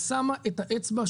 היא שמה את האצבע,